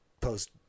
post